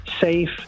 Safe